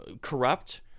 corrupt